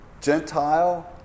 Gentile